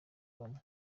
bamwe